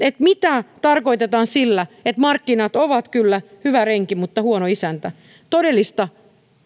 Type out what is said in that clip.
mitä tarkoitetaan sillä että markkinat ovat kyllä hyvä renki mutta huono isäntä todellista